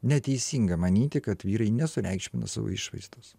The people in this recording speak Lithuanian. neteisinga manyti kad vyrai nesureikšmina savo išvaizdos